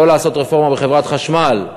לא לעשות רפורמה בחברת חשמל,